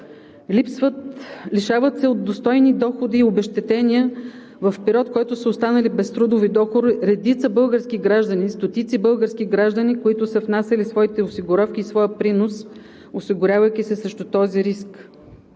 лишават се от достойни доходи и обезщетения в период, в който са останали без трудови доходи, редица български граждани, стотици български граждани, които са внасяли своите осигуровки и своя принос, осигурявайки се срещу този риск.